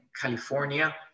California